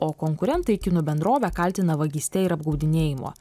o konkurentai kinų bendrovę kaltina vagyste ir apgaudinėjimu